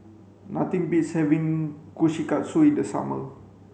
nothing beats having Kushikatsu in the summer